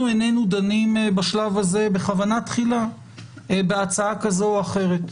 אנחנו איננו דנים בשלב הזה בכוונה תחילה בהצעה כזו או אחרת,